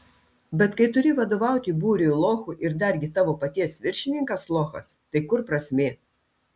bet kai turi vadovauti būriui lochų ir dargi tavo paties viršininkas lochas tai kur prasmė